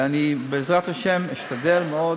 אני, בעזרת השם, אשתדל מאוד.